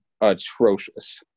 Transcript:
atrocious